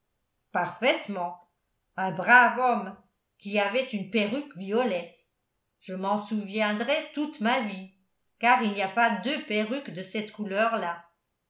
parfaitement un brave homme qui avait une perruque violette je m'en souviendrai toute ma vie car il n'y a pas deux perruques de cette couleur là